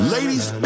Ladies